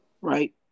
right